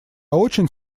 очень